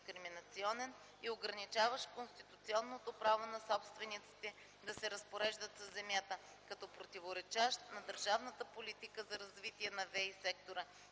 и ограничаващ конституционното право на собствениците да се разпореждат със земята, като противоречащ на държавната политика за развитие на ВЕИ-сектора